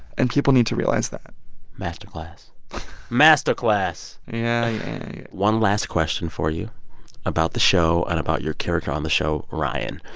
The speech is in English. and people need to realize that masterclass masterclass yeah, yeah, yeah one last question for you about the show and about your character on the show, ryan.